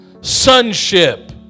sonship